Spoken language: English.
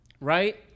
right